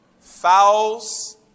fowls